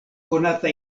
konata